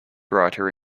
writer